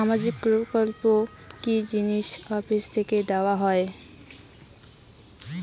সামাজিক প্রকল্প কি জি.পি অফিস থেকে দেওয়া হয়?